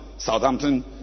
Southampton